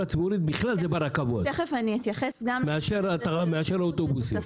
הציבורית בכלל זה ברכבות מאשר האוטובוסים.